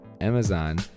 Amazon